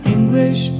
English